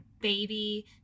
baby